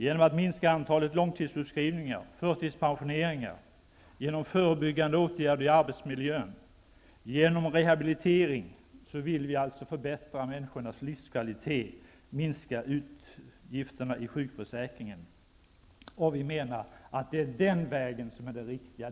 Genom att minska antalet långtidssjukskrivningar och förtidspensioneringar, genom förebyggande åtgärder i arbetsmiljön och genom rehabilitering vill vi förbättra människors livskvalitet och minska utgifterna i sjukförsäkringen. Vi menar att det är den vägen som är den riktiga.